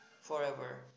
forever